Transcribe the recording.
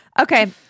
Okay